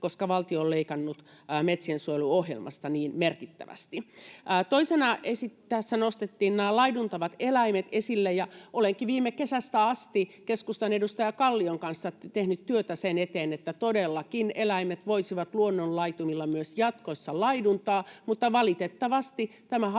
koska valtio on leikannut metsiensuojeluohjelmasta niin merkittävästi. Toisena tässä nostettiin laiduntavat eläimet esille. Olenkin viime kesästä asti keskustan edustaja Kallion kanssa tehnyt työtä sen eteen, että todellakin eläimet voisivat myös jatkossa laiduntaa luonnonlaitumilla. Mutta valitettavasti tämä hallitus